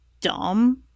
dumb